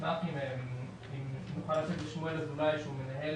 אשמח אם תוכל לתת לשמואל אזולאי, ,שהוא מנהל